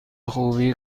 خوبی